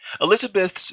Elizabeth's